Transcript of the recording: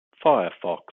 firefox